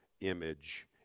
image